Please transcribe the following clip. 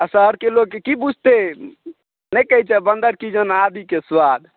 आ शहरके लोककेँ की बुझतै नहि कहैत छै बन्दर की जाने आदिके स्वाद